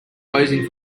posing